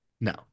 no